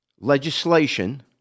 legislation